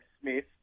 Smith